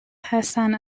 حسن